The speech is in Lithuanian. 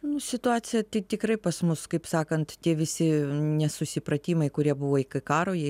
nu situacija tai tikrai pas mus kaip sakant tie visi nesusipratimai kurie buvo iki karo jie